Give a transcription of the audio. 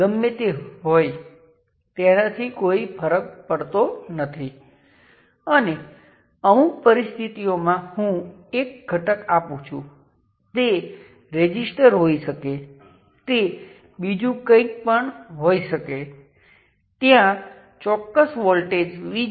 તમે પોર્ટ 1 પર વોલ્ટેજ લાગુ કરી શકો છો અને પોર્ટ 2 પર કરંટ અને પોર્ટ 1 પર કરંટ ને માપી શકો છો અને વોલ્ટેજ પોર્ટ 2 પર